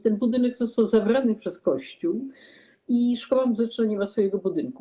Ten budynek został zabrany przez Kościół i szkoła muzyczna nie ma swojego budynku.